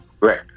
right